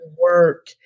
work